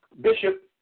Bishop